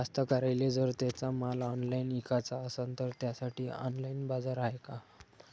कास्तकाराइले जर त्यांचा माल ऑनलाइन इकाचा असन तर त्यासाठी ऑनलाइन बाजार हाय का?